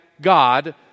God